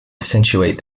accentuate